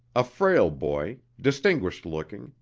a frail boy, distinguished looking,